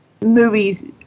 movies